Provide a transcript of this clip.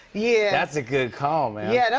yeah. that's a good call, man. yeah, that's,